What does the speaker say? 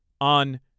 on